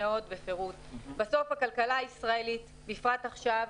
בסוף הכלכלה הישראלית, בפרט עכשיו,